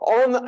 on